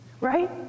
Right